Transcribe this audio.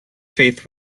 faith